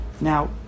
now